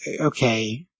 okay